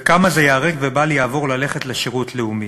וכמה זה ייהרג ובל יעבור ללכת לשירות לאומי.